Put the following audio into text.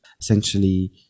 Essentially